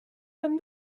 and